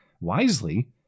wisely